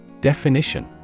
Definition